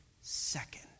second